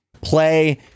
play